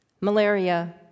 Malaria